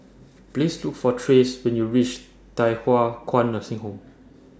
Please Look For Trace when YOU REACH Thye Hua Kwan Nursing Home